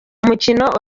umukino